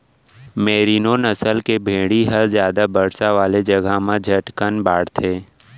मेरिनों नसल के भेड़ी ह जादा बरसा वाला जघा म झटकन बाढ़थे